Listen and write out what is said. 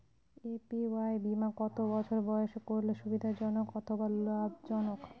APY বীমা কত বছর বয়সে করলে সুবিধা জনক অথবা লাভজনক?